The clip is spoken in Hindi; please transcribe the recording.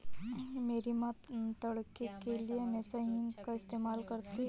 मेरी मां तड़के के लिए हमेशा हींग का इस्तेमाल करती हैं